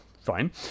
fine